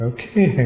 Okay